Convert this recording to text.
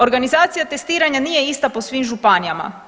Organizacija testiranja nije ista po svim županijama.